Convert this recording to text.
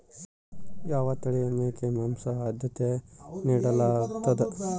ಯಾವ ತಳಿಯ ಮೇಕೆ ಮಾಂಸಕ್ಕೆ, ಆದ್ಯತೆ ನೇಡಲಾಗ್ತದ?